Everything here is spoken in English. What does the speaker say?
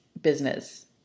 business